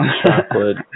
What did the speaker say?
chocolate